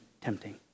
tempting